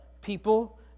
people